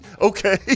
okay